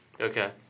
Okay